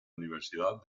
universidad